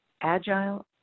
agile